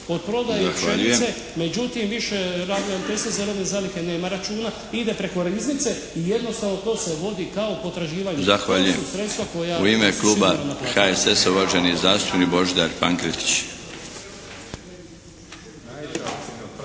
Darko (HDZ)** Zahvaljujem. U ime kluba HSS-a uvaženi zastupnik Božidar Pankretić.